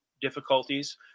difficulties